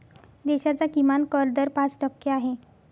देशाचा किमान कर दर पाच टक्के आहे